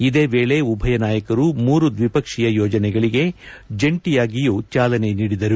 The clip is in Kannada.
ಇದೇ ವೇಳೆ ಉಭಯ ನಾಯಕರು ಮೂರು ದ್ವಿಪಕ್ಷೀಯ ಯೋಜನೆಗಳಿಗೆ ಜಂಟಿಯಾಗಿಯೂ ಚಾಲನೆ ನೀಡಿದರು